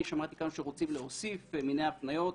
שמעתי כאן שרוצים להוסיף מיני הפניות.